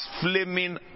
flaming